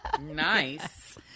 Nice